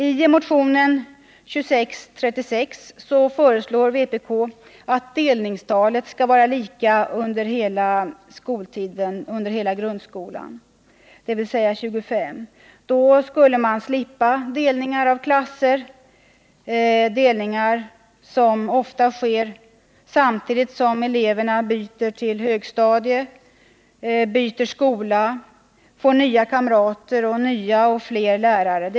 I motionen 2636 föreslår vpk att delningstalet skall vara lika under hela grundskolan, dvs. 25. Då skulle man slippa delningar av klasser, som ofta sker samtidigt som eleverna byter till högstadiet, byter skola, får nya kamrater och nya och fler lärare.